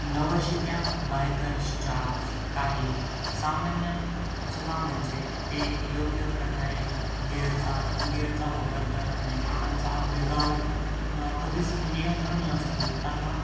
नवशिक्या बाईकर्सच्या काही सामान्य चुका म्हणजे ते योग्य प्रकारे गेअरचा गिअरचा वापर करत नाही त्यांचा वेगावर न् कधीच नियंत्रण नसतो त्यांना